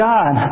God